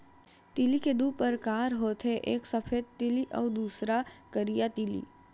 तिली के दू परकार होथे एक सफेद तिली अउ दूसर करिया तिली